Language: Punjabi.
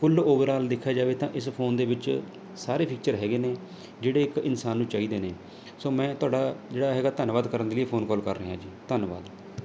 ਕੁੱਲ ਓਵਰਆਲ ਦੇਖਿਆ ਜਾਵੇ ਤਾਂ ਇਸ ਫ਼ੋਨ ਦੇ ਵਿੱਚ ਸਾਰੇ ਫ਼ੀਚਰ ਹੈਗੇ ਨੇ ਜਿਹੜੇ ਇੱਕ ਇਨਸਾਨ ਨੂੰ ਚਾਹੀਦੇ ਨੇ ਸੋ ਮੈਂ ਤੁਹਾਡਾ ਜਿਹੜਾ ਹੈਗਾ ਧੰਨਵਾਦ ਕਰਨ ਦੇ ਲਈ ਫ਼ੋਨ ਕਾਲ ਕਰ ਰਿਹਾ ਜੀ ਧੰਨਵਾਦ